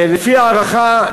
לפי הערכה,